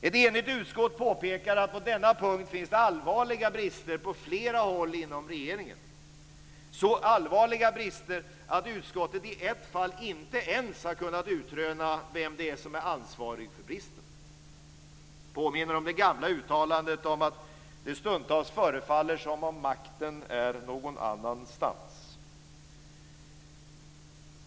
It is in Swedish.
Ett enigt utskott påpekar att det på denna punkt finns allvarliga brister på flera håll inom regeringen. Det är så allvarliga brister att utskottet i ett fall inte ens har kunnat utröna vem det är som är ansvarig för bristen. Det påminner om det gamla uttalandet om att det stundtals förefaller som om makten är någon annanstans.